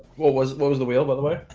what was what was the wheel by the way?